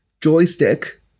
joystick